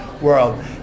world